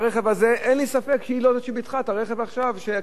אין לי ספק שהיא לא זאת שביטחה את הרכב עכשיו כשקרתה התאונה.